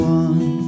one